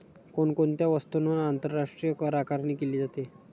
कोण कोणत्या वस्तूंवर आंतरराष्ट्रीय करआकारणी केली जाते?